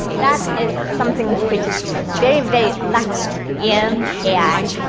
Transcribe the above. that is something which is very, very lacking in ai.